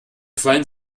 quallen